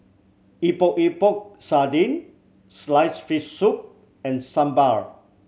Epok Epok Sardin sliced fish soup and sambal